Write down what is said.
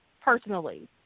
personally